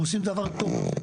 אנחנו עושים דבר טוב.